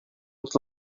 het